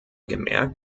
gemerkt